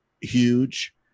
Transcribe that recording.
huge